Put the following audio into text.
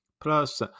plus